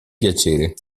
piacere